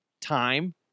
time